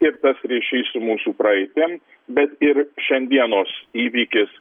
ir tas ryšys su mūsų praeitim bet ir šiandienos įvykis